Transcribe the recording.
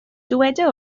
dyweda